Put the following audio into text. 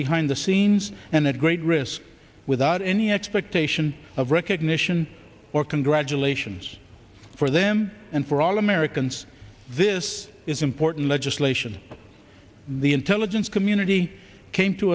behind the scenes and at great risk without any expectation of recognition or congratulations for them and for all americans this is important legislation the intelligence community came to